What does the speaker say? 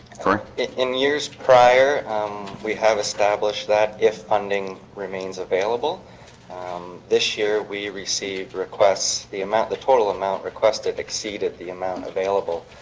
in years prior we have established that if funding remains available um this year we received requests the amount the total amount requested exceeded the amount available.